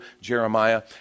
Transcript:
Jeremiah